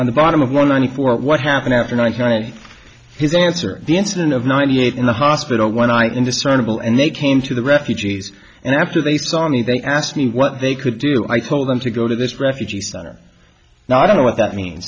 on the bottom of one on the floor what happened after ninety nine and his answer the incident of ninety eight in the hospital when i indiscernible and they came to the refugees and after they saw me they asked me what they could do i told them to go to this refugee center now i don't know what that means